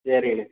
சரிங்கண்ணே